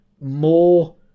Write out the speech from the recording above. more